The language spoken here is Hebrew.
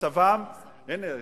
הנה,